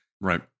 right